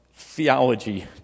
theology